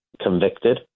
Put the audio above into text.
convicted